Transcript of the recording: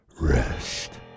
rest